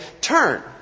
turn